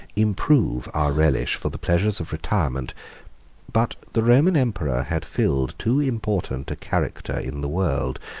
improve our relish for the pleasures of retirement but the roman emperor had filled too important a character in the world,